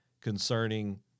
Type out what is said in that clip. concerning